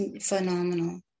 phenomenal